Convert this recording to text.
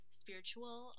spiritual